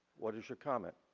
what is your comment?